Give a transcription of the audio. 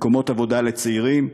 מקומות עבודה לצעירים,